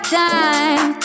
time